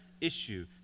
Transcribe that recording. issue